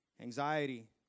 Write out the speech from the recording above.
Anxiety